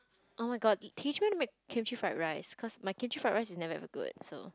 oh-my-god teach me how to make kimchi fried rice cause my kimchi fried rice is never ever good so